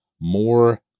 more